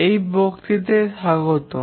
এই বক্তৃতায় স্বাগতম